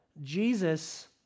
Jesus